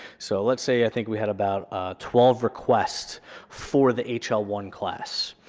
so let's say i think we had about ah twelve requests for the h l one class.